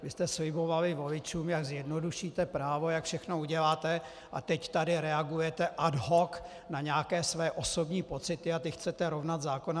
Vy jste slibovali voličům, jak zjednodušíte právo, jak všechno uděláte, a teď tu reagujete ad hoc na nějaké své osobní pocity a ty chcete rovnat zákonem.